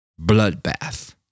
Bloodbath